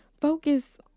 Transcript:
Focus